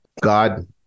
God